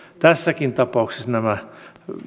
tässäkin tapauksessa nämä